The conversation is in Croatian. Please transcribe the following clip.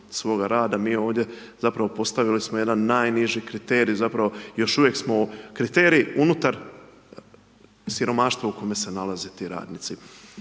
svoga rada, mi ovdje zapravo postavili smo jedan najniži kriterij, zapravo još uvijek smo kriterij unutar siromaštva u kojem se nalaze ti radnici.